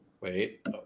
Wait